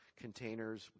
containers